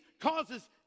causes